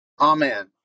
amen